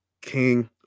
king